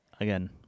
Again